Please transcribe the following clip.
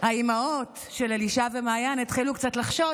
האימהות של אלישע ומעיין התחילו קצת לחשוש